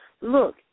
look